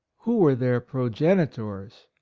who were their progenitors,